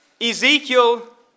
Ezekiel